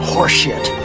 Horseshit